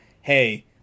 hey